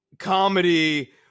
comedy